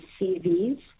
cvs